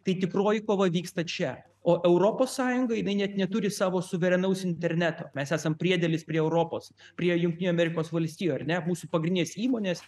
tai tikroji kova vyksta čia o europos sąjunga jinai net neturi savo suverenaus interneto mes esam priedėlis prie europos prie jungtinių amerikos valstijų ar ne mūsų pagrindinės įmonės